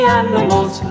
animals